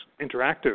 interactive